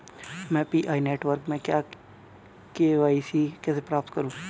मैं PI network में KYC कैसे प्राप्त करूँ?